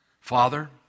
Father